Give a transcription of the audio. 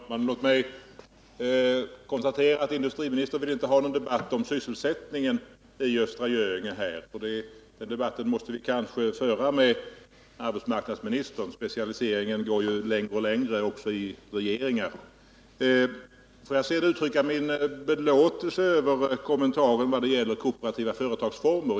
Herr talman! Låt mig konstatera att industriministern inte vill ha någon debatt här om sysselsättningen i Östra Göinge. Den debatten måste vi kanske föra med arbetsmarknadsministern; specialiseringen går ju längre och längre också i regeringen. Får jag sedan uttrycka min belåtenhet vad gäller kommentaren över kooperativa företagsformer.